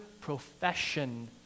profession